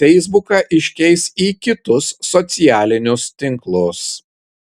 feisbuką iškeis į kitus socialinius tinklus